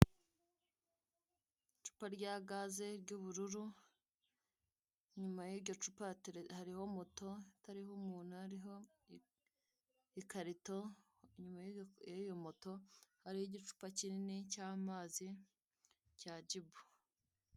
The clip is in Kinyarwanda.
Icupa rya gaze ry'ubururu, inyuma y'iryo cupa hariho moto itariho umuntu, hariho ikarito, inyuma y'iyo moto hariho igicupa kinini cy'amazi, cya jibu.